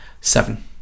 seven